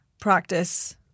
practice